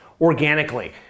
organically